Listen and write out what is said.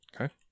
Okay